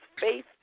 faith